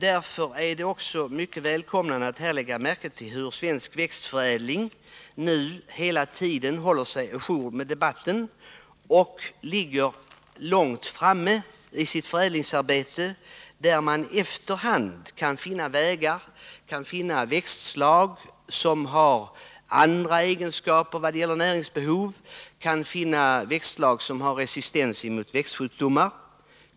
Därför är det också mycket välkommet att de som sysslar med svensk växtförädling nu hela tiden håller sig å jour med debatten och ligger långt framme i sitt förädlingsarbete, där man efter hand kan finna växtslag som har andra egenskaper vad gäller näringsbehov och resistens mot växtsjukdomar.